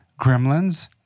gremlins